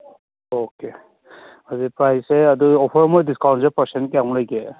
okay ꯑꯗꯨ ꯄ꯭ꯔꯥꯏꯖꯁꯦ ꯑꯗꯨꯗꯤ ꯑꯣꯐꯔ ꯃꯣꯏ ꯗꯤꯁꯀꯥꯎꯟꯁꯦ ꯄꯔꯁꯦꯟ ꯀꯌꯥꯃꯨꯛ ꯂꯩꯒꯦ